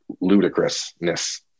ludicrousness